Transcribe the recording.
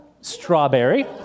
strawberry